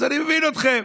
אז אני מבין אתכם.